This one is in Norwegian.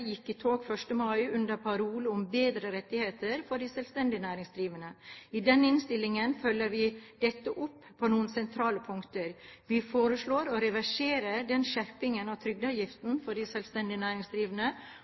gikk i tog 1. mai under en parole om bedre rettigheter for de selvstendig næringsdrivende. I denne innstillingen følger vi dette opp på noen sentrale punkter. Vi foreslår å reversere den skjerpingen av